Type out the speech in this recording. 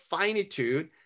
finitude